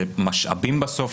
זה משאבים בסוף,